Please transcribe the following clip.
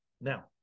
Now